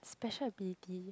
special ability